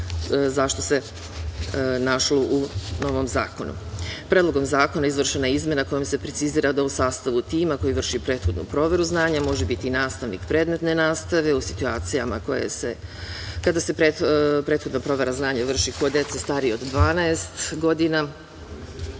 zašto se našlo u novom zakonu. Predlogom zakona izvršena je izmena kojom se precizira da u sastavu tima koji vrši prethodnu proveru znanja može biti nastavnik predmetne nastave u situacijama kada se prethodna provera znanja vrši kod dece starije od 12 godina.